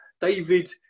David